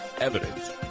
evidence